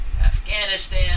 Afghanistan